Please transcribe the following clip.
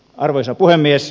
arvoisa puhemies